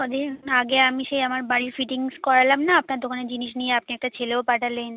কদিন আগে সেই আমি আমার বাড়ির ফিটিংস করালাম না আপনার দোকানের জিনিস নিয়ে আপনি একটা ছেলেও পাঠালেন